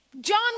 John